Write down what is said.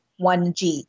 1G